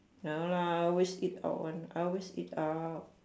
ya lah I always eat out one I always eat out